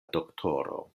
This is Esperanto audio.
doktoro